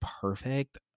perfect